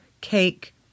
cake